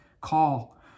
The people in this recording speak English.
call